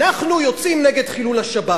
אנחנו יוצאים נגד חילול השבת.